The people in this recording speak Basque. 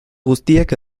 guztiek